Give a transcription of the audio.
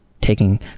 taking